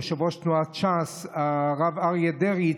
יושב-ראש תנועת ש"ס הרב אריה דרעי,